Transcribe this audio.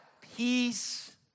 Peace